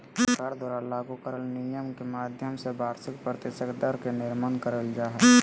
सरकार द्वारा लागू करल नियम के माध्यम से वार्षिक प्रतिशत दर के निर्माण करल जा हय